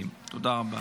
תודה רבה.